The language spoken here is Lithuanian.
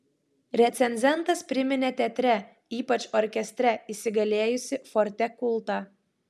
recenzentas priminė teatre ypač orkestre įsigalėjusį forte kultą